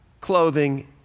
clothing